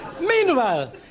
Meanwhile